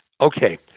Okay